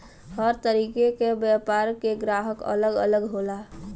हर तरीके क व्यापार के ग्राहक अलग अलग होला